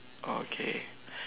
oh okay